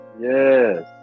Yes